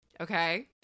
Okay